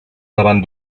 davant